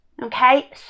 Okay